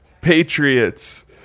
Patriots